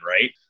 right